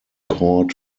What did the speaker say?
cord